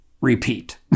repeat